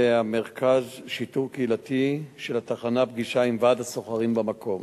ומרכז שיטור קהילתי של התחנה פגישה עם ועד הסוחרים במקום